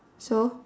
so